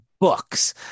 Books